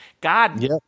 god